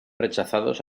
rechazados